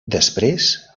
després